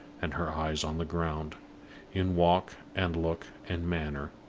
and her eyes on the ground in walk, and look, and manner,